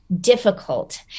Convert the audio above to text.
difficult